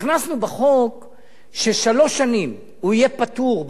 הכנסנו בחוק ששלוש שנים הוא יהיה פטור,